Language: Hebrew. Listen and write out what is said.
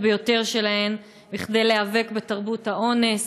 ביותר שלהן כדי להיאבק בתרבות האונס,